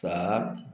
सात